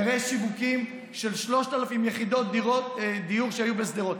תראה שיווקים של 3,000 יחידות דיור שהיו בשדרות,